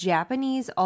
Japanese